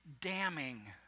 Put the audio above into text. damning